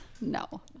No